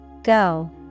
Go